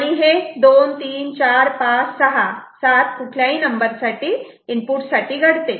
आणि हे 2 3 4 5 6 7 नंबर किंवा इनपुट साठी घडते